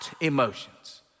emotions